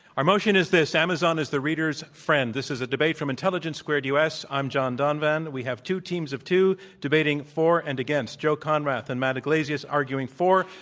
our motion is this, amazon is the reader's friend. this is a debate from intelligence squared u. s. i'm john donvan. and we have two teams of two debating for and against joe konrath and matt yglesias arguing for,